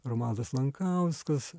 romualdas lankauskas